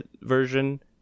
version